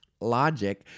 logic